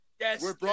yes